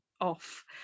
off